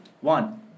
one